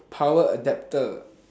power adaptor